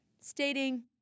stating